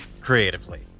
creatively